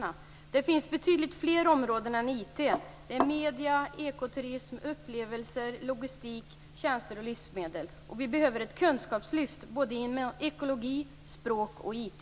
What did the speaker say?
Men det finns betydligt fler områden än IT - medier, ekoturism, upplevelser, logistik, tjänster och livsmedel. Vi behöver ett kunskapslyft när det gäller både ekologi, språk och IT.